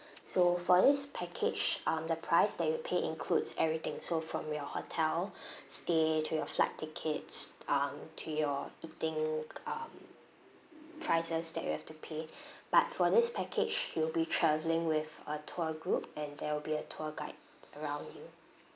so for this package um the price that you pay includes everything so from your hotel stay to your flight tickets um to your eating um prices that you have to pay but for this package you'll be travelling with a tour group and there will be a tour guide around you